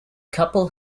couple